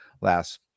last